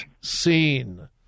seen